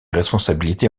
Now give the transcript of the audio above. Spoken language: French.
responsabilités